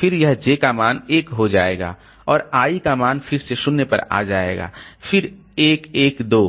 फिर यह j का मान 1 हो जाएगा और i का मान फिर से 0 पर आ जाएगा फिर 1 1 1 2